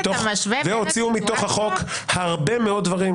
אתה משווה בין --- והוציאו מתוך החוק הרבה מאוד דברים,